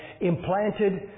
implanted